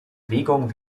bewegung